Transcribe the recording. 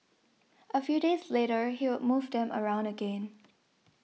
a few days later he would move them around again